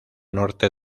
norte